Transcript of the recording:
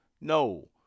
no